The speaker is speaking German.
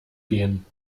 gehen